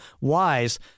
wise